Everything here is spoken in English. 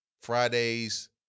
Fridays